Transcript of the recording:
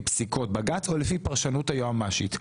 פסיקות בג"צ או לפי פרשנות היועצת המשפטית.